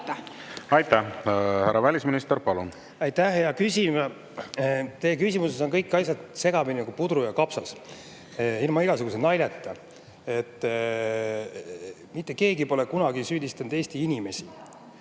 Aitäh! Härra välisminister, palun! Aitäh, hea küsija! Teie küsimuses on kõik asjad segamini nagu pudru ja kapsas – ilma igasuguse naljata. Mitte keegi pole kunagi süüdistanud Eesti inimesi.